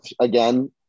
Again